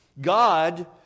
God